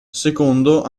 secondo